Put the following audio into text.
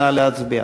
נא להצביע.